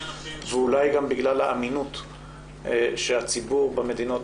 אולי גם בגלל האמינות שהציבור במדינות